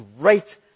great